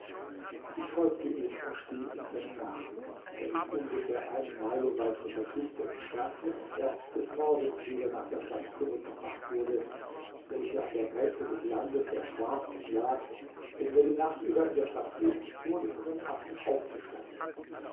ich folgte ihm und stieg in seinen nachen der sich ungefähr eine meile weit von der küste entfernte und erst des morgens wieder nach der stadt zurückgebracht wurde welche an der grenze des landes der schwarzen lag denn wer die nacht über in der stadt blieb wurde von den affen aufgefressen